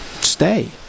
stay